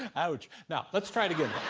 ouch! now, let's try it again.